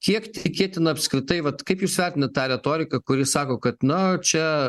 kiek tikėtina apskritai vat kaip jūs vertinat tą retorika kuri sako kad na čia